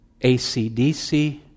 ACDC